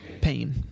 pain